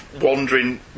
wandering